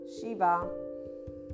Shiva